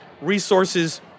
Resources